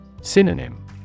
Synonym